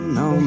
no